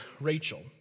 Rachel